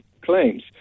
claims